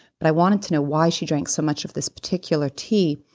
but i wanted to know why she drank so much of this particular tea.